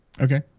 okay